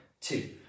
two